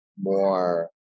more